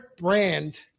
brand